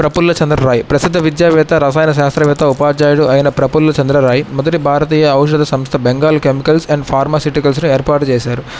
ప్రపుల్ల చంద్రరాయ్ ప్రసిద్ధ విద్యావేత్త రసాయన శాస్త్రవేత్త ఉపాధ్యాయుడు అయిన ప్రపుల్ల చంద్రరాయ్ మొదటి భారతీయ ఔషధ సంస్థ బెంగాల్ కెమికల్స్ అండ్ ఫార్మాసిటికల్స్ను ఏర్పాటు చేసారు